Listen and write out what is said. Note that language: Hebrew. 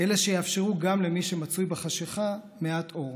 אלה שיאפשרו גם למי שמצוי בחשכה מעט אור.